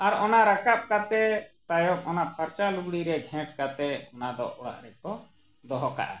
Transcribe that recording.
ᱟᱨ ᱚᱱᱟ ᱨᱟᱠᱟᱵ ᱠᱟᱛᱮᱫ ᱛᱟᱭᱚᱢ ᱚᱱᱟ ᱯᱷᱟᱨᱪᱟ ᱞᱩᱜᱽᱲᱤ ᱨᱮ ᱜᱷᱮᱸᱴ ᱠᱟᱛᱮᱫ ᱚᱱᱟ ᱫᱚ ᱚᱲᱟᱜ ᱨᱮᱠᱚ ᱫᱚᱦᱚ ᱠᱟᱜᱼᱟ